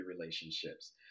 relationships